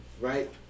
right